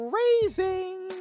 raising